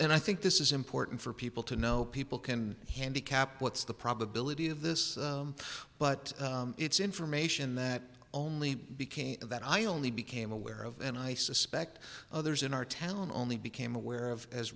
and i think this is important for people to know people can handicap what's the probability of this but it's information that only became that i only became aware of and i suspect others in our town only became aware of as